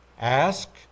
ask